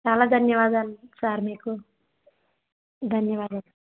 చాలా ధన్యవాదాలు సార్ మీకు ధన్యవాదాలు